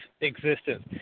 existence